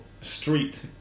street